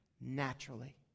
Naturally